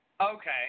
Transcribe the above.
Okay